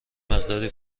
مقداری